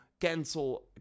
cancel